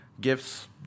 gifts